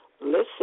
listen